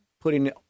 putting